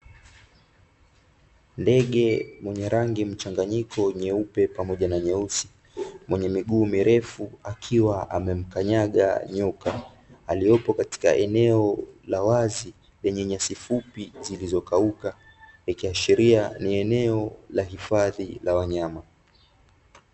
Ndege mwenye rangi mchanganyiko nyeupe pamoja na nyeusi, mwenye miguu mirefu akiwa amemkanyaga nyoka. Aliyepo katika eneo la wazi lenye nyasi fupi zilizokauka, ikiashiria ni eneo la hifadhi la wanyama.